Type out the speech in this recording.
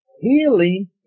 Healing